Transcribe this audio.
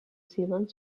zealand